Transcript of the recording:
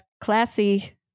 Classy